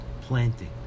Planting